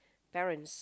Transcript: parents